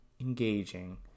engaging